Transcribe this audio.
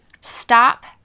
stop